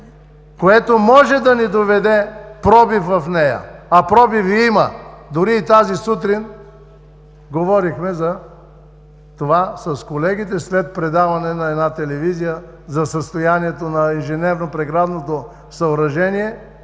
което може да ни доведе до пробив в нея. А пробиви има. Дори тази сутрин говорихме за това с колегите, след предаване на една телевизия за състоянието на инженерно-преградното съоръжение